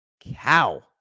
cow